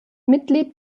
mitglied